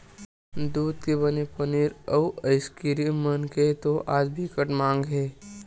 दूद के बने पनीर, अउ आइसकीरिम मन के तो आज बिकट माग हे